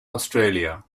australia